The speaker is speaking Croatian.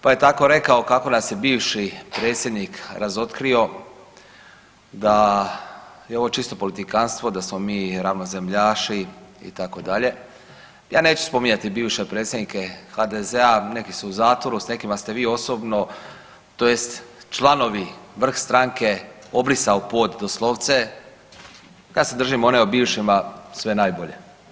Pa je tako rekao kako nas je bivši predsjednik razotkrio da je ovo čisto politikantstvo, da smo mi ravnozemljaši itd., ja neću spominjati bivše predsjednike HDZ-a, neki su u zatvoru, s nekima ste vi osobno tj. članovi vrh stanke obrisao pod doslovce, ja se držim one o bivšima sve najbolje.